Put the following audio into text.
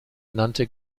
nannte